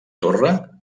torre